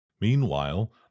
Meanwhile